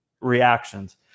reactions